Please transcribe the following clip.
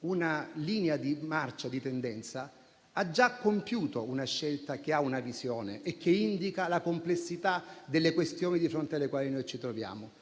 una linea di marcia e di tendenza, ha già compiuto una scelta che ha una visione e che indica la complessità delle questioni di fronte alle quali ci troviamo.